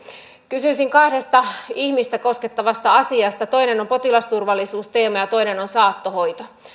kysyisin kahdesta ihmistä koskettavasta asiasta toinen on potilasturvallisuusteema ja toinen on saattohoito